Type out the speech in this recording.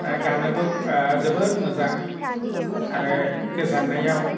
गाननोबो जोबोद मोजां आरो गोजांनायाव